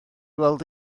weld